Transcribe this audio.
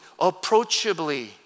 approachably